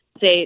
say